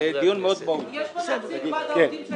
רבותיי, מה קרה?